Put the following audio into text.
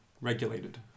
regulated